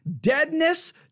deadness